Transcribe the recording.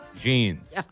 jeans